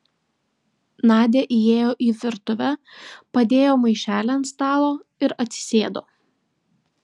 nadia įėjo į virtuvę padėjo maišelį ant stalo ir atsisėdo